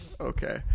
Okay